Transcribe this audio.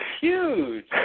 Huge